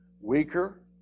weaker